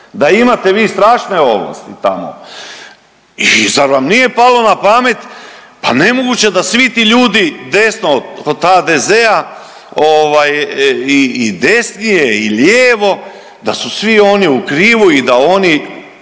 da imate vi strašne ovlasti tamo i zar vam nije palo na pamet pa nemoguće da svi ti ljudi desno od HDZ-a ovaj i desnije i lijevo da su svi oni u krivu i da oni